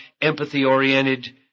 empathy-oriented